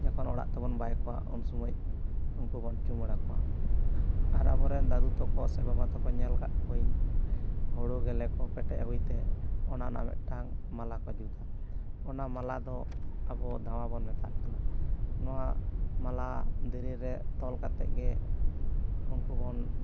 ᱡᱚᱠᱷᱚᱱ ᱚᱲᱟᱜ ᱛᱮᱵᱚᱱ ᱵᱟᱭ ᱠᱚᱭᱟ ᱩᱱ ᱥᱚᱢᱚᱭ ᱩᱱᱠᱩ ᱵᱚᱱ ᱪᱩᱢᱟᱹᱲᱟᱠᱚᱣᱟ ᱟᱨ ᱟᱵᱚᱨᱮᱱ ᱫᱟᱫᱩ ᱛᱟᱠᱚ ᱥᱮ ᱵᱟᱵᱟ ᱛᱟᱠᱚᱧ ᱧᱮᱞ ᱟᱠᱟᱫ ᱠᱩᱣᱟᱹᱧ ᱦᱩᱲᱩ ᱜᱮᱞᱮ ᱠᱚ ᱯᱮᱴᱮᱡ ᱟᱹᱜᱩᱭ ᱛᱮ ᱚᱱᱟ ᱨᱮᱱᱟᱜ ᱢᱤᱫᱴᱟᱝ ᱢᱟᱞᱟ ᱠᱚ ᱡᱩᱛᱟ ᱚᱱᱟ ᱢᱟᱞᱟ ᱫᱚ ᱟᱵᱚ ᱫᱷᱟᱣᱟ ᱵᱚᱱ ᱢᱮᱛᱟᱜ ᱠᱟᱱᱟ ᱱᱚᱣᱟ ᱢᱟᱞᱟ ᱫᱮᱨᱮᱧ ᱨᱮ ᱛᱚᱞ ᱠᱟᱛᱮᱫ ᱜᱮ ᱩᱱᱠᱩ ᱵᱚᱱ